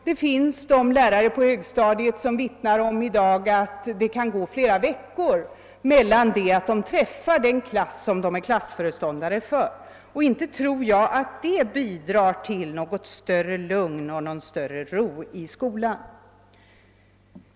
Det finns i dag lärare på högstadiet som vittnar om att det kan gå flera veckor mellan de gånger de träffar den klass som de är klassföreståndare för. Inte tror jag att det bidrar till något större lugn och någon större ro i skolan.